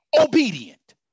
obedient